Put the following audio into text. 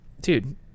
dude